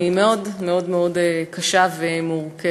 הוא מאוד מאוד מאוד מאוד קשה ומורכב.